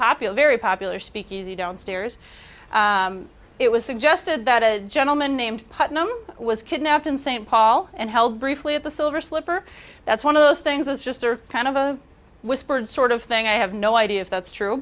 popular very popular speakeasy downstairs it was suggested that a gentleman named putnam was kidnapped in st paul and held briefly at the silver slipper that's one of those things that's just kind of a whispered sort of thing i have no idea if that's true